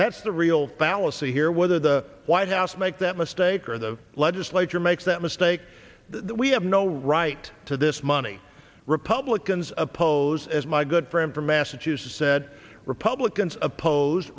that's the real fallacy here whether the white house make that mistake or the legislature makes that mistake that we have no right to this money republicans oppose as my good friend from massachusetts said republicans oppose